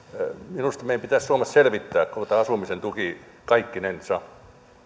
minusta meidän pitäisi suomessa selvittää koko tämä asumisen tuki kaikkinensa